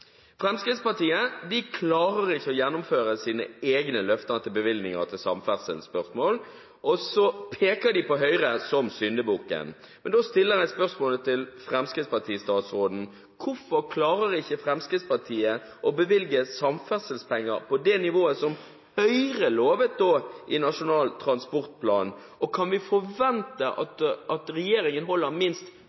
Fremskrittspartiet klarer ikke å gjennomføre sine egne løfter om bevilgninger til samferdselsformål. De peker på Høyre som syndebukken. Da stiller jeg spørsmålet til fremskrittspartistatsråden: Hvorfor klarer ikke Fremskrittspartiet å bevilge samferdselspenger på det nivået Høyre lovet i Nasjonal transportplan? Og kan vi forvente at regjeringen minimum holder